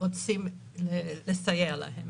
רוצים לסייע להם,